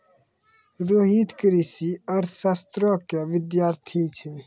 रोहित कृषि अर्थशास्त्रो के विद्यार्थी छै